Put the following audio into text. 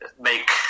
make